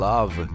Love